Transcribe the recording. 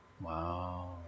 Wow